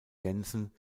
jensen